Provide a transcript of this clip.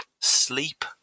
sleep